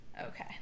Okay